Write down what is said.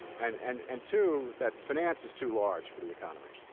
and and and two, that finance is too large for the economy,